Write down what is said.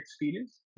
experience